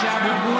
(קורא בשמות חברי הכנסת) משה אבוטבול,